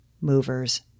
movers